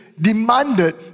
demanded